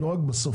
לא רק בסוף.